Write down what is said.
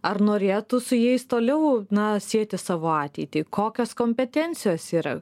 ar norėtų su jais toliau na sieti savo ateitį kokios kompetencijos yra